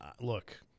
look